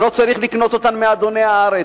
ולא צריך לקנות אותן מאדוני הארץ.